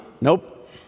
Nope